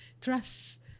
Trust